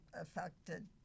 affected